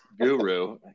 guru